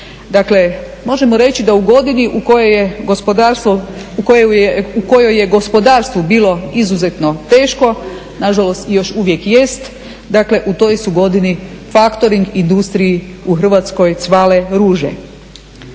Dakle možemo reći da u godini u kojoj je gospodarstvu bilo izuzetno teško, nažalost još uvijek jest, dakle u toj su godini faktoring industriji u Hrvatskoj cvale ruže.